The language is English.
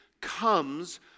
comes